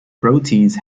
proteins